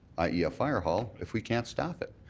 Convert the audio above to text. i e. a fire hall, if we can't stop it.